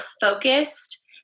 focused